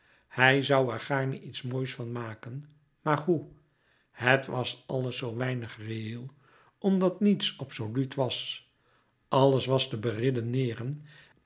hij zoû er gaarne iets moois van maken maar hoe het was alles zoo weinig reëel omdat niets absoluut was alles was te beredeneeren